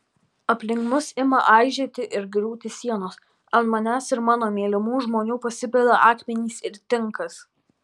aplink mus ima aižėti ir griūti sienos ant manęs ir mano mylimų žmonių pasipila akmenys ir tinkas